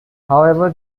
however